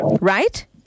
Right